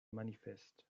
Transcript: manifestent